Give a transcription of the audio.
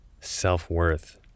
self-worth